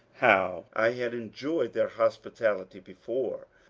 howe. i had enjoyed their hospitality before,